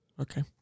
Okay